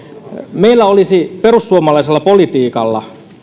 meillä olisi perussuomalaisella politiikalla